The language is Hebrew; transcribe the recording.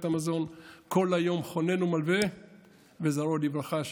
המזון: "כל היום חונן ומלווה וזרעו לברכה".